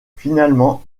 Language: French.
finalement